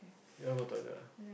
you want go toilet ah